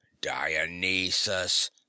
dionysus